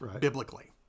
biblically